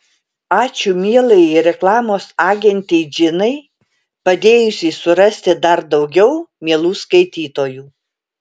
ačiū mielajai reklamos agentei džinai padėjusiai surasti dar daugiau mielų skaitytojų